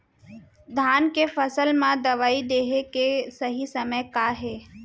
धान के फसल मा दवई देहे के सही समय का हे?